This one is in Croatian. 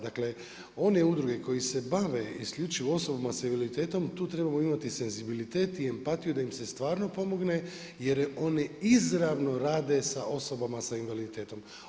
Dakle, one udruge koje se bave isključivo osobama s invaliditetom tu trebamo imati senzibilitet i empatiju, da im se stvarno pomogne jer oni izravno rade sa osobama sa invaliditetom.